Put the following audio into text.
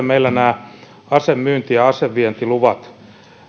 meillä nämä asemyynti ja asevientiluvat